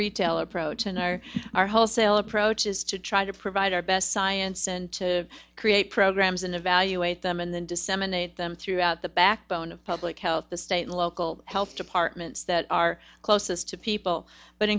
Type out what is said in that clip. retail approach and our our wholesale approach is to try to provide our best science and to create programs and evaluate them and then disseminate them throughout the backbone of public health the state and local health departments that are closest to people but